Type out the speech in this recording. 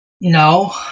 No